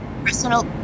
personal